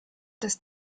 des